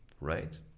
right